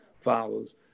follows